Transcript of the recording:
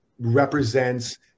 represents